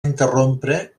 interrompre